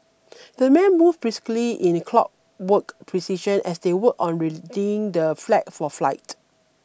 the men moved briskly in the clockwork precision as they worked on readying the flag for flight